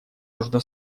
нужно